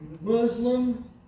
Muslim